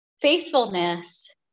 faithfulness